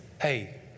Hey